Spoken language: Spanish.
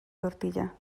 tortilla